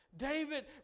David